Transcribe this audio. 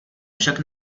však